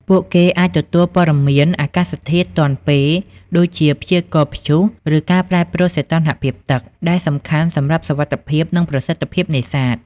ពួកគេអាចទទួលព័ត៌មានអាកាសធាតុទាន់ពេល ដូចជាព្យាករណ៍ព្យុះ ឬការប្រែប្រួលសីតុណ្ហភាពទឹក ដែលសំខាន់សម្រាប់សុវត្ថិភាព និងប្រសិទ្ធភាពនេសាទ។